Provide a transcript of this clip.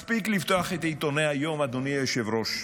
מספיק לפתוח את עיתוני היום, אדוני היושב-ראש: